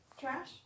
trash